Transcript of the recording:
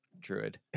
druid